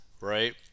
right